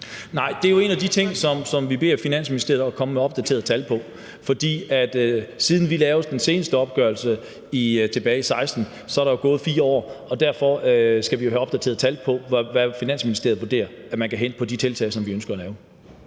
Nej, det er jo en af de ting, som vi beder Finansministeriet om at komme med opdaterede tal på. For siden vi lavede den seneste opgørelse tilbage i 2016, er der jo gået 4 år. Derfor skal vi jo have opdateret tallene, i forhold til hvad Finansministeriet vurderer at man kan hente på de tiltag, som vi ønsker at lave.